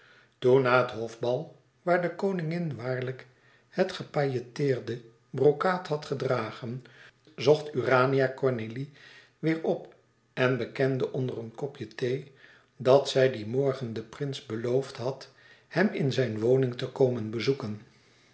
na het hof bal waar de koningin waarlijk het gepailletteerde brokaat had gedragen zocht urania cornélie weêr op en bekende onder een kop thee dat zij dien morgen den prins beloofd had hem in zijn woning te komen bezoeken